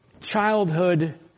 childhood